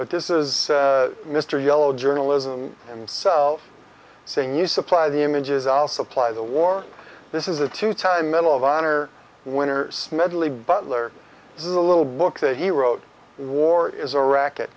but this is mr yellow journalism and self saying you supply the images i'll supply the war this is a two time medal of honor winners medley but there is a little book that he wrote war is a racket